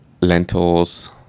lentils